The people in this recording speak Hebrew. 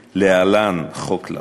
להלן: חוק לרון.